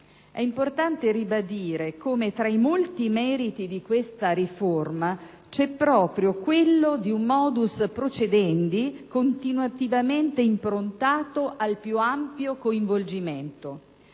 è importante ribadire come tra i molti meriti di questa riforma c'è proprio quello di un *modus procedendi* continuativamente improntato al più ampio coinvolgimento.